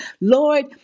Lord